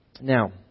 Now